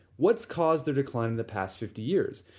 what's caused the decline in the past fifty years.